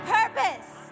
purpose